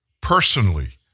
personally